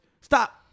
stop